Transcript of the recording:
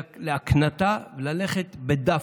להקנטה, ללכת בדווקא.